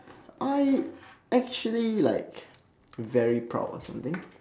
I actually like very proud of something